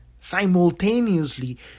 Simultaneously